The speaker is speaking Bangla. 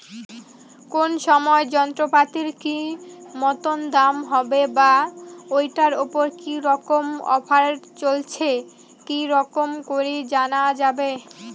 কোন সময় যন্ত্রপাতির কি মতন দাম হবে বা ঐটার উপর কি রকম অফার চলছে কি রকম করি জানা যাবে?